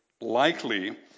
likely